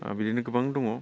आरो बिदिनो गोबां दङ